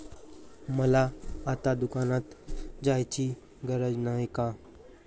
मला आता दुकानात जायची गरज नाही का?